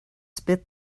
spit